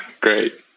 Great